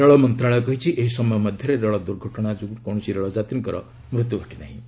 ରେଳମନ୍ତ୍ରଣାଳୟ କହିଛି ଏହି ସମୟ ମଧ୍ୟରେ ରେଳ ଦୁର୍ଘଟଣା ଯୋଗୁଁ କୌଣସି ରେଳଯାତ୍ରୀଙ୍କର ମୃତ୍ୟୁ ଘଟିନାହିଁ